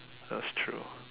that's true